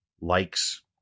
likes